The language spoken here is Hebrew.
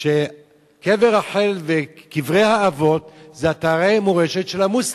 שקבר רחל וקברי האבות זה אתרי מורשת של המוסלמים,